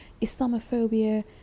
Islamophobia